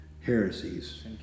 heresies